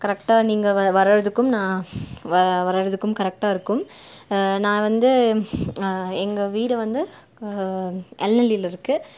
கரெக்டாக நீங்கள் வ வர்றதுக்கும் நான் வ வர்றதுக்கும் கரெக்டாக இருக்கும் நான் வந்து எங்கள் வீடு வந்து எல்எல்இயில் இருக்குது